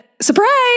surprise